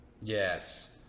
Yes